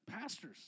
Pastors